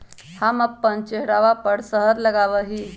हम अपन चेहरवा पर शहद लगावा ही